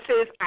says